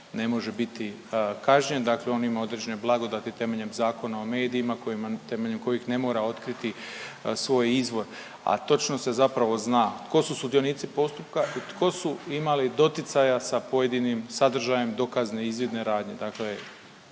ne može biti kažnjen, dakle on ima određene blagodati temeljem Zakona o medijima kojima, temeljem kojih ne mora otkriti svoj izvor, a točno se zapravo zna tko su sudionici postupka i tko su imali doticaja sa pojedinim sadržajem dokazne i izvidne radnje.